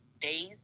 days